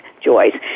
Joyce